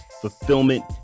fulfillment